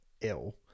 ill